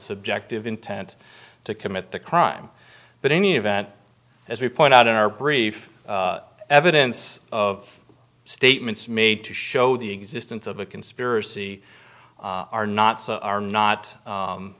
subjective intent to commit the crime but any of that as we point out in our brief evidence of statements made to show the existence of a conspiracy are not are not